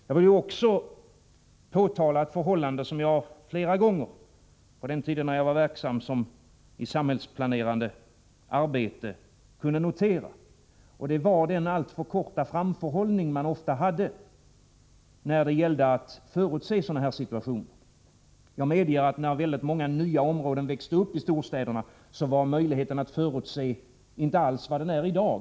Jag vill också påtala ett förhållande som jag flera gånger på den tiden jag var verksam i samhällsplanerande arbete kunde notera, nämligen den alltför korta framförhållning man ofta hade när det gällde att förutse sådana situationer. Jag medger att möjligheten att förutse sådana situationer inte var densamma när väldigt många nya områden växte upp i storstäderna som i dag.